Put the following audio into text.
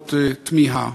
מעוררות תמיהה: